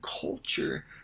culture